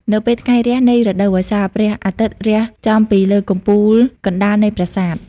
នៅពេលថ្ងៃរះនៃរដូវវស្សា ព្រះអាទិត្យរះចំពីលើកំពូលកណ្តាលនៃប្រាសាទ។